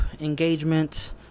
engagement